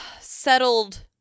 settled